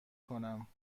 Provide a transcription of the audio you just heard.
کنم